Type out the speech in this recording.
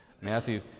Matthew